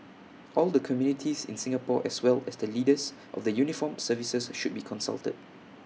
all the communities in Singapore as well as the leaders of the uniformed services should be consulted